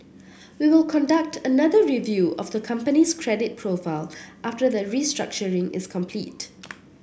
we will conduct another review of the company's credit profile after the restructuring is complete